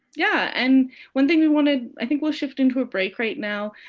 yeah, and one thing we wanted. i think we'll shift into a break right now.